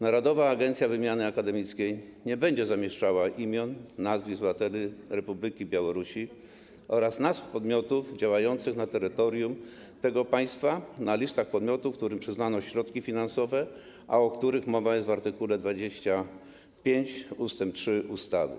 Narodowa Agencja Wymiany Akademickiej nie będzie zamieszczała imion i nazwisk obywateli Republiki Białorusi oraz nazw podmiotów działających na terytorium tego państwa na listach podmiotów, którym przyznano środki finansowe, o których mowa jest w art. 25 ust. 3 ustawy.